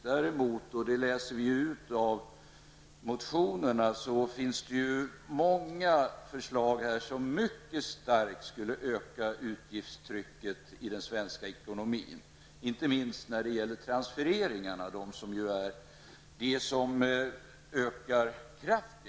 Däremot finns det många förslag från vänsterpartiet, bl.a. i dess motioner, som mycket starkt skulle öka utgiftstrycket i den svenska ekonomin, inte minst för transfereringarna, och det är de utgifter som ökar mest.